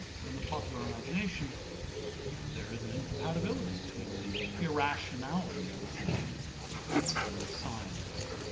but in the popular imagination there is an incompatibility between the irrationality of islam and science.